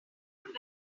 would